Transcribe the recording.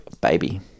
Baby